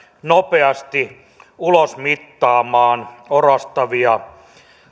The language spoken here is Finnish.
nopeasti ulosmittaamaan orastavia